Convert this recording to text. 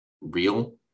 real